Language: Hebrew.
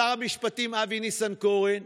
שר המשפטים אבי ניסנקורן,